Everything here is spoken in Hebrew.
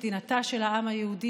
מדינתה של העם היהודי,